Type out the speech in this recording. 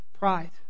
Pride